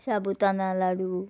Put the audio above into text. शाबुतानळां लाडू